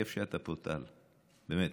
כיף שאתה פה טל, באמת.